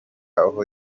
aho